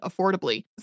affordably